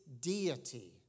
deity